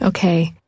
Okay